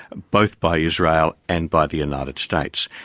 both by israel and by the united states.